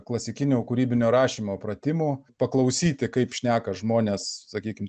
klasikinio kūrybinio rašymo pratimų paklausyti kaip šneka žmonės sakykim